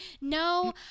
no